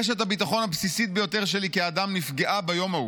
רשת הביטחון הבסיסית ביותר שלי כאדם נפגעה ביום ההוא,